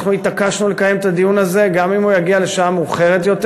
אנחנו התעקשנו לקיים את הדיון הזה גם אם הוא יגיע לשעה מאוחרת יותר,